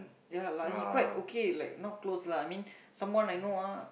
ya lah he quite okay like not close lah I mean someone I know ah